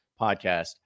podcast